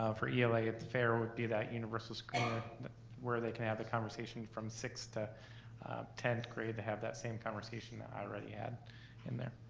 um for ela at the fair would be that universal screener where they can have the conversation from sixth to tenth grade to have that same conversation that ah i-ready had in there.